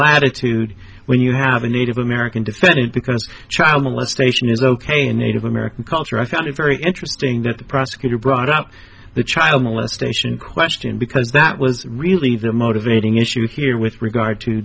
latitude when you have a native american defendant because child molestation is ok in native american culture i found it very interesting that the prosecutor brought out the child molestation question because that was really the motivating issue here with regard to